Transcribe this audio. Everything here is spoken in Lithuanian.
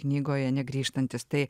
knygoje negrįžtantys tai